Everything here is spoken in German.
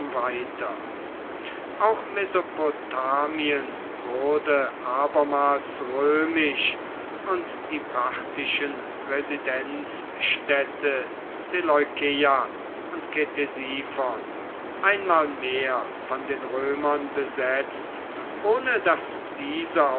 weiter auch mesopotamien wurde abermals römisch und die parthischen residenzstädte seleukeia und ktesiphon einmal mehr von den römern besetzt ohne daß diese